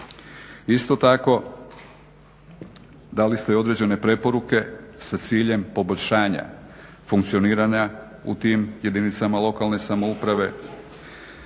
Isto tako dali ste određene preporuke sa ciljem poboljšanja funkcioniranja u tim jedinicama lokalne samouprave,